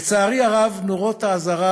לצערי הרב, נורות האזהרה